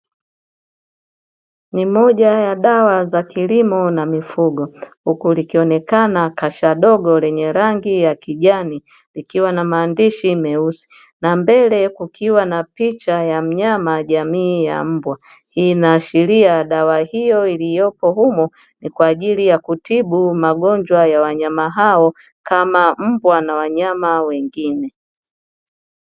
Ni moja ya dawa za kilimo na mifugo, huku likionekana kasha dogo lenye rangi ya kijani ikiwa na maandishi meusi. Na mbele kukiwa na picha ya mnyama jamii ya mbwa. Hii inaashiria dawa hiyo iliyopo humo ni kwa ajili ya kutibu wanyama hao kama mbwa na wanyama wengine.